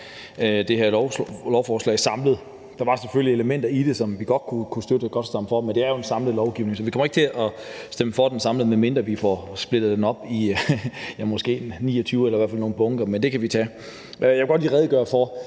det samlede lovforslag. Der er selvfølgelig elementer i det, som vi godt kan støtte, og som vi godt kan stemme for, men det er jo en samlet lovgivning, så vi kommer ikke til at stemme for lovforslaget, medmindre vi får det splittet op i måske 29 punkter eller i hvert fald nogle punkter. Men det kan vi tage senere. Jeg vil godt lige redegøre for